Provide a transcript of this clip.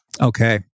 Okay